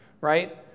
right